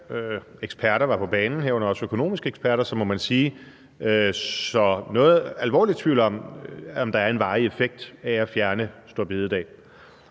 eksperter var på banen, herunder også økonomiske eksperter, som man må sige såede noget alvorlig tvivl om, om der er en varig effekt af at fjerne store bededag.